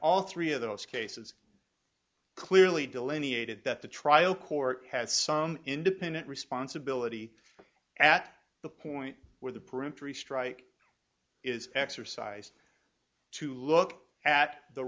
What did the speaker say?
all three of those cases clearly delineated that the trial court has some independent responsibility at the point where the peremptory strike is exercised to look at the